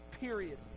Period